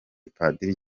padiri